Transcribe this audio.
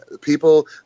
People